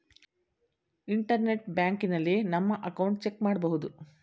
internet ಬ್ಯಾಂಕಿನಲ್ಲಿ ನಮ್ಮ account check ಮಾಡಬಹುದು